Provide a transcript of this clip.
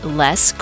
less